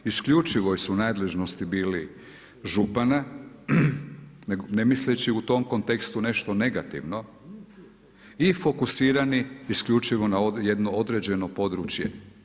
U isključivoj su nadležnosti bili župana, ne misleći u tom kontekstu nešto negativno i fokusirani isključivo na jedno određeno područje.